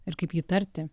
ir kaip jį tarti